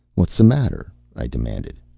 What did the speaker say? whats the matter? i demanded.